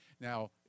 Now